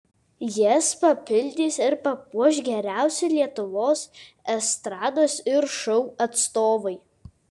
jas papildys ir papuoš geriausi lietuvos estrados ir šou atstovai